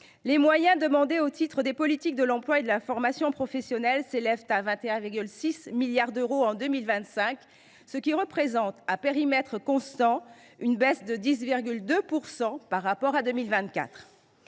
les moyens demandés au titre des politiques de l’emploi et de la formation professionnelle s’élèvent à 21,6 milliards d’euros pour 2025, ce qui représente, à périmètre constant, une baisse de 10,2 % par rapport à 2024.